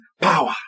power